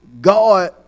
God